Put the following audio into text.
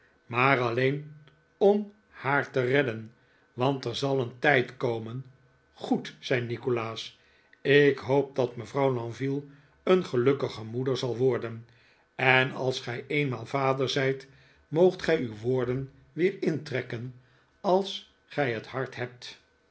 maar alleen om haar te redden want er zal een tijd komen goed zei nikolaas ik hoop dat mevrouw lenville een gelukkige moeder zal worden en als gij eenmaal vader zijt moogt gij uw woorden weer intrekken als gij het hart hebt